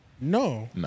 no